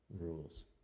rules